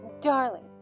darling